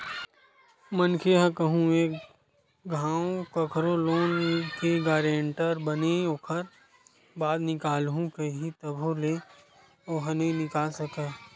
मनखे ह कहूँ एक घांव कखरो लोन के गारेंटर बनगे ओखर बाद निकलहूँ कइही तभो ले ओहा नइ निकल सकय